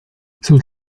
sus